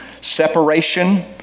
Separation